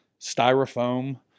styrofoam